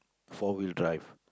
four wheel drive